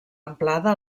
amplada